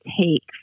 take